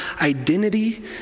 identity